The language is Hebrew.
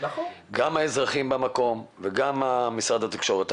גם האזרחים במקום וגם משרד התקשורת.